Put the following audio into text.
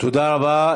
תודה רבה.